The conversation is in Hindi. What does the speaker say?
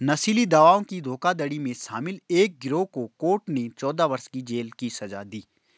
नशीली दवाओं की धोखाधड़ी में शामिल एक गिरोह को कोर्ट ने चौदह वर्ष की जेल की सज़ा दी